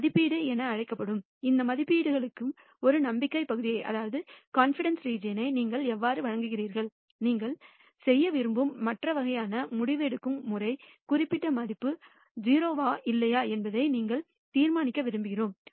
மதிப்பீடு என அழைக்கப்படும் இந்த மதிப்பீடுகளுக்கு ஒரு நம்பிக்கை பகுதியை நீங்கள் எவ்வாறு வழங்குகிறீர்கள் நாங்கள் செய்ய விரும்பும் மற்ற வகையான முடிவெடுக்கும் முறை குறிப்பிட்ட மதிப்பு 0 வா இல்லையா என்பதை நாங்கள் தீர்மானிக்க விரும்புகிறோம்